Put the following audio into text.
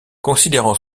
considérant